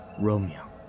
Romeo